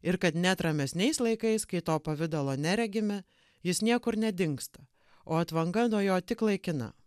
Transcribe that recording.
ir kad net ramesniais laikais kai to pavidalo neregime jis niekur nedingsta o atvanga nuo jo tik laikina